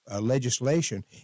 legislation